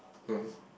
no